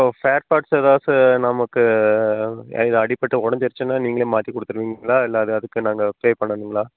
இப்போ spare parts எதாச்சும் நமக்கு இது அடிபட்டு உடஞ்சிருச்சினா நீங்களே மாற்றி கொடுத்துருவிங்களா இல்லை அது அதுக்கு நாங்கள் பே பண்ணணுங்களா